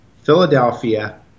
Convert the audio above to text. Philadelphia